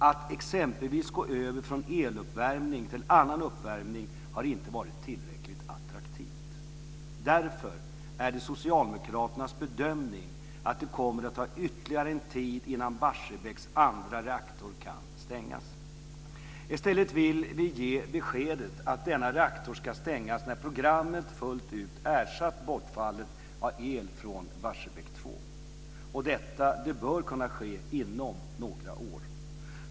Att exempelvis gå över från eluppvärmning till annan uppvärmning har inte varit tillräckligt attraktivt. Därför är det socialdemokraternas bedömning att det kommer att ta ytterligare en tid innan Barsebäcks andra reaktor kan stängas. I stället vill vi ge beskedet att denna reaktor ska stängas när programmet fullt ut ersatt bortfallet av el från Barsebäck 2. Detta bör kunna ske inom några år.